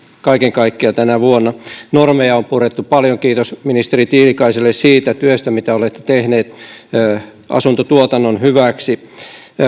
kaiken kaikkiaan tänä vuonna normeja on purettu paljon kiitoksia ministeri tiilikaiselle siitä työstä mitä olette tehnyt asuntotuotannon hyväksi